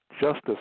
justice